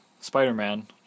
Spider-Man